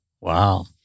Wow